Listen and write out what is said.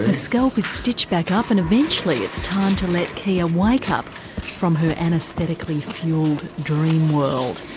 scalp is stitched back up, and eventually it's time to let kia wake up from her anaesthetically fuelled dream world.